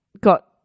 got